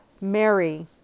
Mary